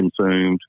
consumed